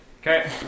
Okay